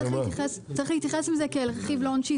צריך להתייחס לזה כרכיב לא עונשי.